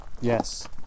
Yes